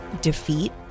defeat